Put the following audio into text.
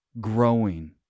growing